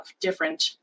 different